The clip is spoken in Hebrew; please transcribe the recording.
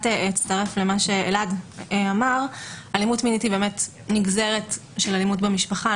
התוך משפחתית והאלימות המגדרית לא